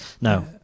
No